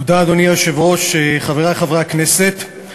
אדוני היושב-ראש, תודה, חברי חברי הכנסת,